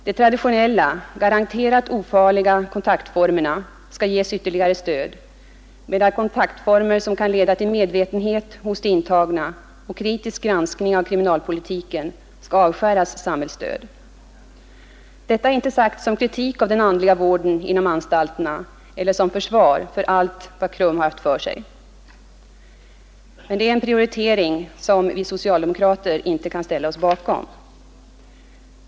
De traditionella garanterat ofarliga kontaktformerna skall ges ytterligare stöd, medan kontaktformer som kan leda till medvetenhet hos de intagna och kritisk granskning av kriminalpolitiken skall avskäras från samhällsstöd. Detta är inte sagt som någon kritik av den andliga vården inom anstalterna eller som försvar för allt vad KRUM har haft för sig, men det gäller en prioritering som vi socialdemokrater inte kan ställa oss bakom.